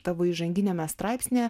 tavo įžanginiame straipsnyje